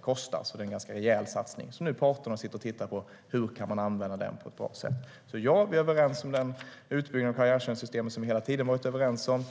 kostar. Det är alltså en ganska rejäl satsning som parterna nu tittar på hur man kan använda på ett bra sätt. Ja, vi är överens om den utbyggnad av karriärtjänstsystemet som vi hela tiden har varit överens om.